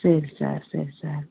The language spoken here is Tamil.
சரி சார் சரி சார்